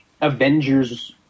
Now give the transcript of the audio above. avengers